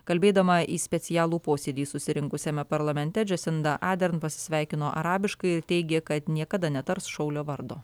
kalbėdama į specialų posėdį susirinkusiame parlamente džesinda adern pasisveikino arabiškai ir teigė kad niekada netars šaulio vardo